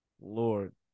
Lord